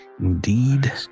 Indeed